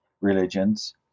religions